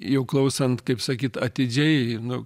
jau klausant kaip sakyt atidžiai nu